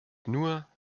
nur